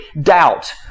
doubt